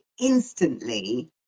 instantly